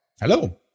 Hello